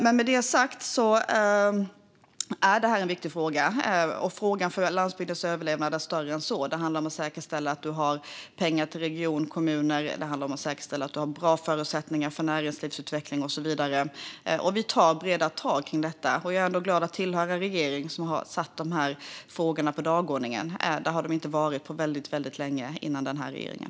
Med detta sagt är det här en viktig fråga, och frågan om landsbygdens överlevnad är större än så. Det handlar om att säkerställa att vi har pengar till regioner och kommuner, att det finns bra förutsättningar för näringslivsutveckling och så vidare. Och vi tar breda tag kring detta. Jag är glad att tillhöra en regering som har satt de här frågorna på dagordningen. Där har de inte varit på väldigt länge före den här regeringen.